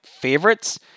favorites